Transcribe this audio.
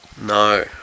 No